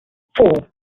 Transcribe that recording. four